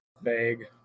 vague